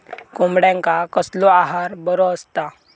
कोंबड्यांका कसलो आहार बरो असता?